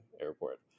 airport